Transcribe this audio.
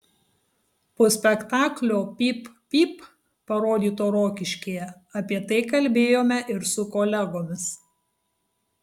po spektaklio pyp pyp parodyto rokiškyje apie tai kalbėjome ir su kolegomis